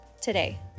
today